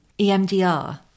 EMDR